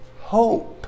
hope